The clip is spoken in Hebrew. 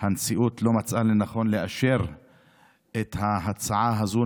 הנשיאות לא מצאה לנכון לאשר את ההצעה הזו,